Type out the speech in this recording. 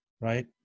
Right